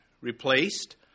replaced